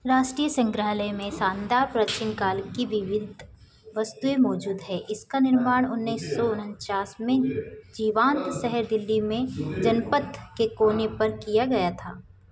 राष्ट्रीय संग्रहालय में शानदार प्राचीन काल की विविध वस्तुएँ मौजूद हैं इसका निर्माण उन्नीस सौ उनचास में जीवांत शहर दिल्ली में जनपथ के कोने पर किया गया था